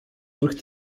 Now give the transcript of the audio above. durch